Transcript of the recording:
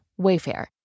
Wayfair